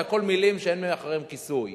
הכול מלים שאין מאחוריהן כיסוי.